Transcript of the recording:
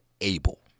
able